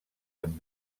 amb